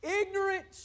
ignorant